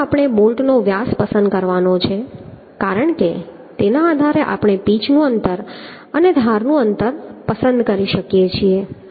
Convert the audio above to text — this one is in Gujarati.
પહેલા આપણે બોલ્ટ્સનો વ્યાસ પસંદ કરવાનો છે કારણ કે તેના આધારે આપણે પીચનું અંતર અને ધારનું અંતર પસંદ કરી શકીએ છીએ